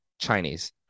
Chinese